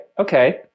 okay